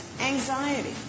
anxiety